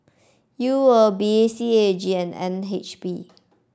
U O B C A G and N H B